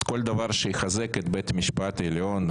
כל דבר שיחזק את בית המשפט העליון,